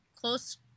close